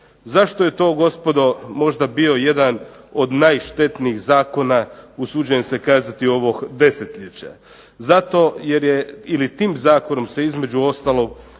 Zašto je to gospodo možda bio jedan od najštetnijeg zakona usuđujem se kazati ovog desetljeća? Zato jer je ili tim zakonom se između ostalog